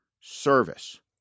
service